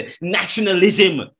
nationalism